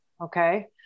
Okay